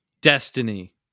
destiny